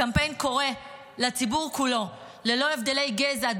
הקמפיין הוא לציבור כולו ללא הבדלי גזע,